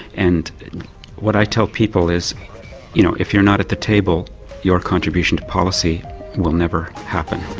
and what i tell people is you know if you're not at the table your contribution to policy will never happen.